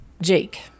Jake